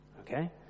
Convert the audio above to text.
okay